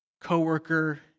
co-worker